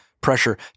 pressure